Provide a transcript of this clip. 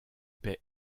paix